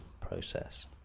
process